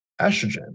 estrogen